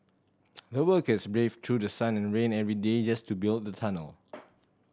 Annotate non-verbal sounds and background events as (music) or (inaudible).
(noise) the workers braved through the sun and rain every day yes to build the tunnel